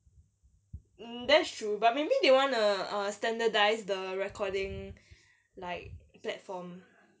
hmm that's true but maybe they wanna err standardise the recording like platform